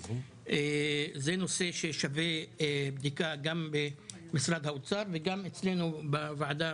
זה נושא ששווה בדיקה במשרד האוצר וגם אצלנו בוועדה,